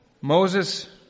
Moses